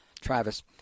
Travis